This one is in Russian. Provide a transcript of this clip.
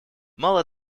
мало